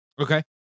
Okay